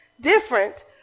Different